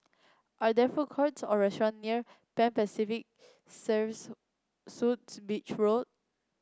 are there food courts or restaurant near Pan Pacific Serves Suites Beach Road